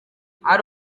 hari